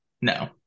no